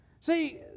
See